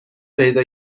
پیدا